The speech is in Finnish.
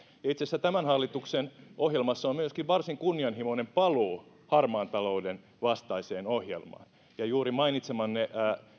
itse asiassa tämän hallituksen ohjelmassa on myöskin varsin kunnianhimoinen paluu harmaan talouden vastaiseen ohjelmaan ja hallitusohjelman mukaan tutkitaan laajennettaisiinko juuri mainitsemaanne